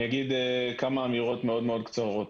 אני אגיד ברשותכם כמה אמירות קצרות.